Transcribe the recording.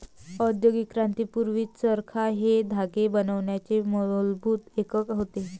औद्योगिक क्रांती पूर्वी, चरखा हे धागे बनवण्याचे मूलभूत एकक होते